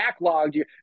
backlogged